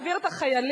להעביר את החיילים,